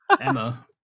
Emma